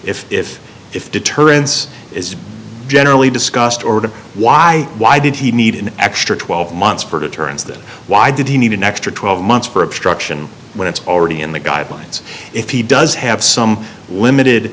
if if if deterrence is generally discussed or why why did he need an extra twelve months for deterrence that why did he need an extra twelve months for obstruction when it's already in the guidelines if he does have some limited